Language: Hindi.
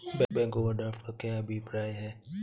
बैंक ओवरड्राफ्ट का क्या अभिप्राय है?